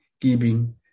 giving